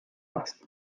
más